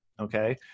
okay